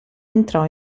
entrò